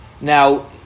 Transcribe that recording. Now